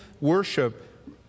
worship